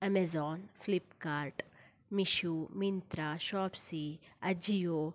Amazon Flipkart Meesho Myntra Shopsy AJIO